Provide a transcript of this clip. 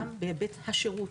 גם בהיבט השירות,